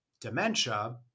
Dementia